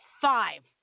five